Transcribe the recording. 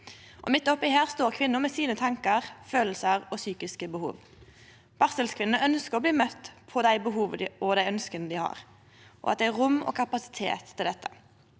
midt oppe i dette står kvinna med sine tankar, følelsar og psykiske behov. Barselkvinner ønskjer å bli møtte på dei behova og dei ønska dei har, og at det er rom og kapasitet til dette.